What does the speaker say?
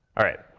all right,